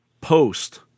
post